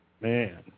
Man